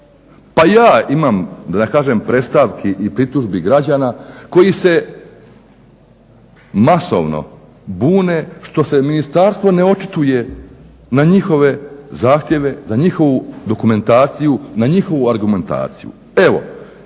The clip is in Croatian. Pa ja imam predstavki i pritužbi građana koji se masovno bune što se ministarstvo ne očituje na njihove zahtjeve, na njihovu dokumentaciju, na njihovu argumentaciju.